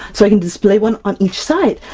so i can display one on each side!